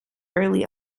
early